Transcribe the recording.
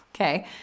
Okay